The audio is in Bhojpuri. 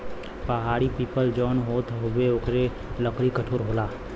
पहाड़ी पीपल जौन होत हउवे ओकरो लकड़ी कठोर होला